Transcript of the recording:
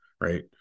right